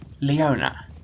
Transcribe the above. Leona